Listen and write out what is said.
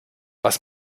was